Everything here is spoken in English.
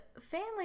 family